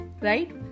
right